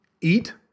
eat